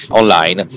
online